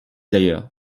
d’ailleurs